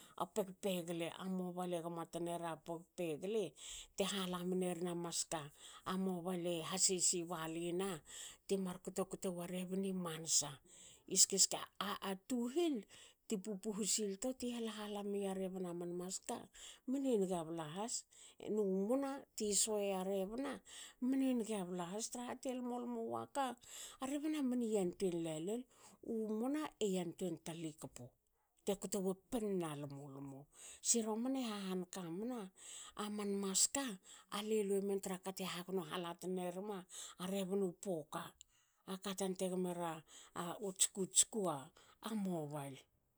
A peg pegle. A mobail e gmo tnera pog- pegle. te hala mne rin a maska. A mobail e hasisi balina ti mar kto kto wa rebni mansa. I ske ske a tuhil ti pu- puhu silto ti hal- hala mnia rebna man maska, mne niga bla has, nu mona, ti sua ya rebna, mne niga bla has traha te lmo lmo waka, a rebna mi yantuen la lol. U mona e yantuen talikpo te kto wa panna lmo lmo. So i romana e ha hanka mna. aman maska. alue luemen tra ka te hagono hala tnerma a rebnu poka. Aka tan te gomera u tsku tsku. a mobail.